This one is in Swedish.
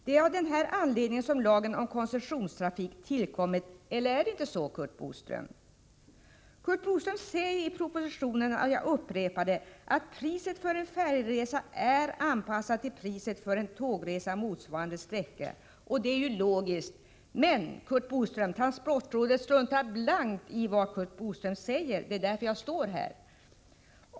Det är av denna anledning som lagen om koncessionstrafik har tillkommit. Är det inte så, Curt Boström? Kommunikationsministern säger i propositionen, och jag upprepar det, att priset för en färjeresa är anpassat till priset för en tågresa motsvarande färdsträcka. Det är ju logiskt, men transportrådet struntar blankt i vad Curt Boström säger. Det är därför jag ställt min fråga.